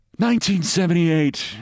1978